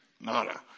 Nada